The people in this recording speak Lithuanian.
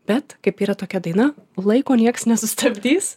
bet kaip yra tokia daina laiko niekas nesustabdys